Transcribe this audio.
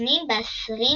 הקוסמים בעשרים